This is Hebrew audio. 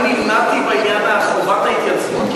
אני נמנעתי בעניין חובת ההתייצבות,